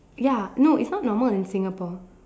ya no it's not normal in Singapore